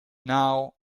now